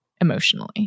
emotionally